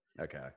Okay